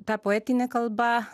ta poetinė kalba